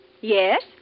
Yes